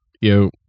Yo